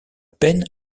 peine